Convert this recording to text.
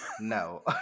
No